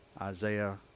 Isaiah